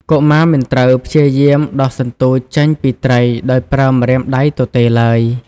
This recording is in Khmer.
កុមារមិនត្រូវព្យាយាម ដោះសន្ទូច ចេញពីត្រីដោយប្រើម្រាមដៃទទេឡើយ។